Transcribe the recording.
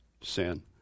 sin